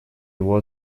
его